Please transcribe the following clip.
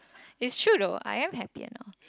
is true though I am happier now